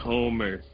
Homer